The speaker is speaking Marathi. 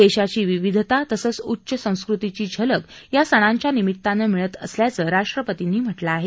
देशाची विविधता तसंच उच्च संस्कृतीची झलक या सणांच्या निमित्तानं मिळत असल्याचं राष्ट्रपतीनी म्हटलं आहे